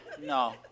No